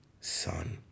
Son